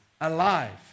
alive